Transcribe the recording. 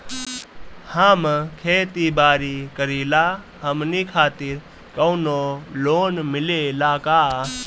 हम खेती बारी करिला हमनि खातिर कउनो लोन मिले ला का?